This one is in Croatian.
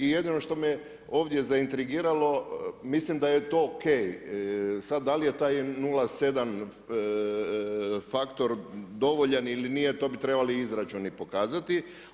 I jedino što me ovdje zaintrigiralo, mislim da je to OK, sad, da li je taj 0,7 faktor dovoljan ili nije, to bi trebali izračuni pokazati.